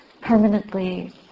permanently